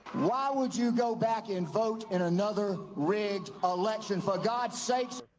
why would you go back and vote in another rigged election for god's sakes.